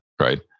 Right